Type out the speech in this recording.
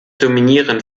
dominieren